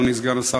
אדוני סגן השר,